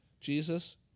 Jesus